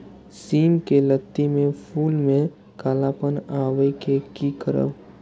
सिम के लत्ती में फुल में कालापन आवे इ कि करब?